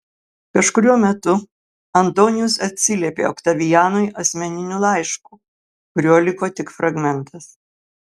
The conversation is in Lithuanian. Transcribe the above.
kažkuriuo metu antonijus atsiliepė oktavianui asmeniniu laišku kurio liko tik fragmentas